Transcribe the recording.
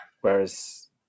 whereas